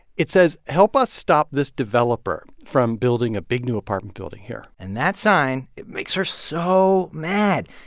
it says help us stop this developer from building a big, new apartment building here and that sign it makes her so mad.